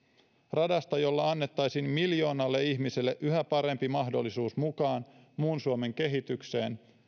radasta jolla annettaisiin miljoonalle ihmiselle yhä parempi mahdollisuus tulla mukaan muun suomen kehitykseen